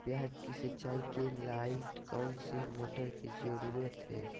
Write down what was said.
प्याज की सिंचाई के लाइट कौन सी मोटर की जरूरत है?